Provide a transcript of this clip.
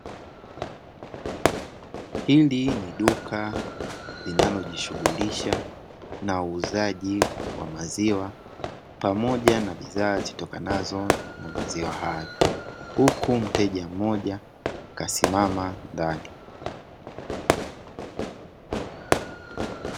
Hili ni duka linalojishughulisha na uuzaji wa maziwa pamoja na bidhaa, zitokanazo na maziwa hayo huku mteja mmoja kasimama ndani.